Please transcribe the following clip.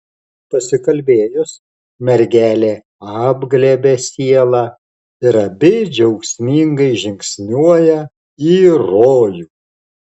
pasikalbėjus mergelė apglėbia sielą ir abi džiaugsmingai žingsniuoja į rojų